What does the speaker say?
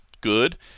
good